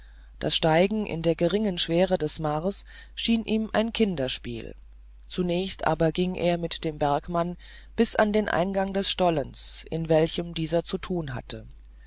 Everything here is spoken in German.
das steigen in der geringen schwere des mars schien ihm ein kinderspiel zunächst aber ging er mit dem bergmann bis an den eingang des stollens in welchem dieser zu tun hatte